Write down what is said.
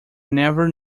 never